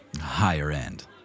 higher-end